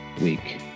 week